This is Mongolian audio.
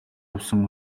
явсан